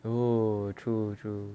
oh true true